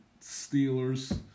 Steelers